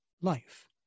life